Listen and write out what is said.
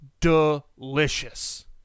delicious